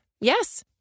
Yes